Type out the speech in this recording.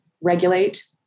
regulate